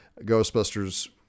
Ghostbusters